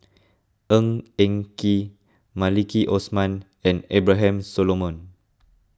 Ng Eng Kee Maliki Osman and Abraham Solomon